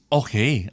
okay